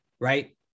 right